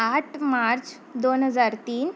आठ मार्च दोन हजार तीन